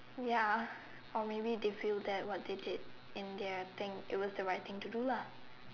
ya or maybe they feel that what they did in their thing it was the right thing to do lah